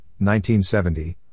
1970